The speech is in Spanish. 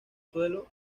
suelo